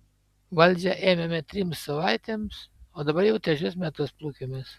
valdžią ėmėme trims savaitėms o dabar jau trečius metus plūkiamės